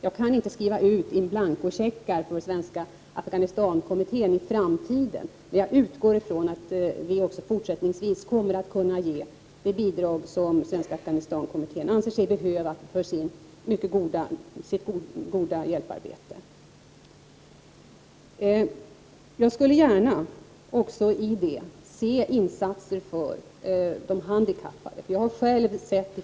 Jag kan inte skriva ut in-blanko-checkar till Svenska Afghanistankommittén inför framtiden. Men jag utgår från att vi också fortsättningsvis kommer att kunna ge de bidrag som Svenska Afghanistankommittén anser sig behöva för sitt goda hjälparbete. Jag skulle också gärna se insatser för de handikappade i hjälparbetet.